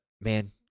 man